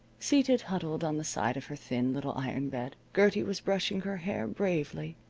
seated huddled on the side of her thin little iron bed, gertie was brushing her hair bravely,